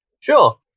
Sure